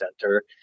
Center